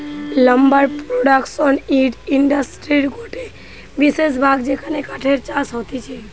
lumber production wood ইন্ডাস্ট্রির গটে বিশেষ ভাগ যেখানে কাঠের চাষ হতিছে